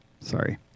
Sorry